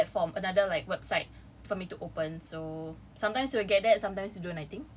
platform another like website for me to open so sometimes you'll get that sometimes you don't I think